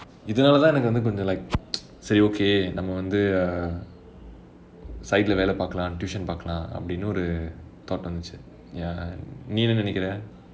இதுனாளேதான் எனக்கு வந்து கொஞ்சம்:ithunaalaethaan enakku vanthu konjam like சரி:seri okay நம்ப வந்து:namba vanthu err side ளே வேலை பார்க்கலாம்: lae velai paarkalaam tuition பார்க்கலாம் அப்படினு ஒரு:paarkalam appadinu oru thought வந்துச்சு:vanthuchu ya நீ என்ன நினைக்குறே:nee enna ninaikurae